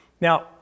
Now